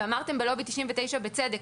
ואמרתם בלובי 99 בצדק,